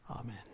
Amen